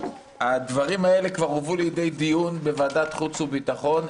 הדברים האלה כבר הובאו לדיון בוועדת חוץ וביטחון,